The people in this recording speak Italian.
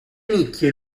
nicchie